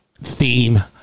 Theme